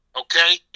okay